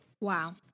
Wow